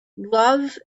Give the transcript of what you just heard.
love